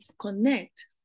connect